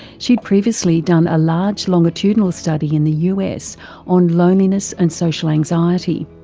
she'd previously done a large longitudinal study in the us on loneliness and social anxiety.